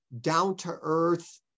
down-to-earth